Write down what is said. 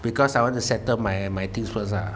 because I want to settle my my things first ah